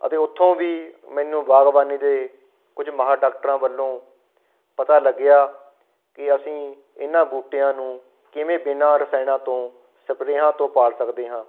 ਅਤੇ ਉੱਥੋਂ ਵੀ ਮੈਨੂੰ ਬਾਗ਼ਬਾਨੀ ਦੇ ਕੁਝ ਮਹਾਂ ਡਾਕਟਰਾਂ ਵੱਲੋਂ ਪਤਾ ਲੱਗਿਆ ਕਿ ਅਸੀਂ ਇਹਨਾਂ ਬੂਟਿਆਂ ਨੂੰ ਕਿਵੇਂ ਬਿਨਾ ਰਸਾਇਣਾਂ ਤੋਂ ਸਪਰੇਹਾਂ ਤੋਂ ਪਾਲ ਸਕਦੇ ਹਾਂ